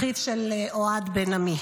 אחיו של אוהד בן עמי,